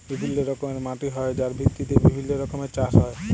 বিভিল্য রকমের মাটি হ্যয় যার ভিত্তিতে বিভিল্য রকমের চাস হ্য়য়